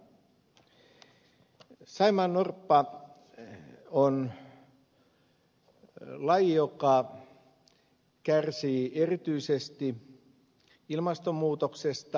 saimaannorppa on laji joka kärsii erityisesti ilmastonmuutoksesta